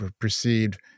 perceived